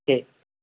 ठीक